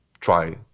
try